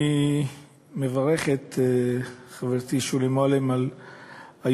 אני מברך את חברתי שולי מועלם על היוזמה,